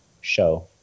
show